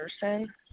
person